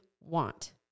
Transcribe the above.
want